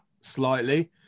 slightly